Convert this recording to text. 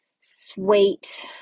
sweet